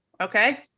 okay